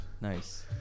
Nice